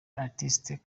artist